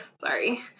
Sorry